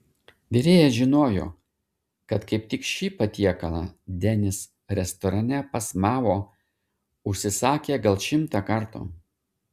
virėjas žinojo kad kaip tik šį patiekalą denis restorane pas mao užsisakė gal šimtą kartų